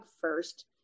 first